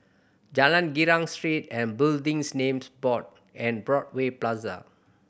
Jalan Girang Street and Buildings Named Board and Broadway Plaza